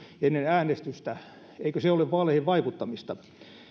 ennen äänestystä eikö se ole vaaleihin vaikuttamista